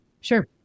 Sure